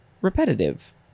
repetitive